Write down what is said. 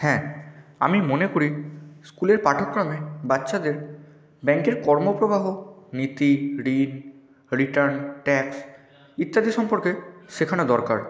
হ্যাঁ আমি মনে করি স্কুলের পাঠ্যক্রমে বাচ্চাদের ব্যাংকের কর্মপ্রবাহ নীতি ঋণ রিটার্ন ট্যাক্স ইত্যাদি সম্পর্কে শেখানো দরকার